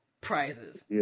prizes